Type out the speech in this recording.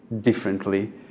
differently